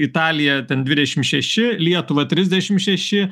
italiją ten dvidešim šeši lietuvą trisdešim šeši